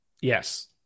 Yes